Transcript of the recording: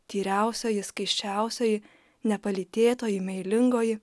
tyriausioji skaisčiausioji nepalytėtoji meilingoji